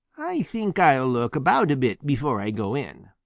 i think i'll look about a bit before i go in.